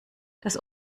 das